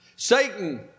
Satan